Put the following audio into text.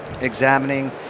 examining